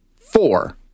four